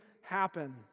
happen